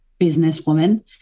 businesswoman